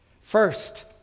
First